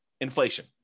Inflation